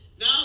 now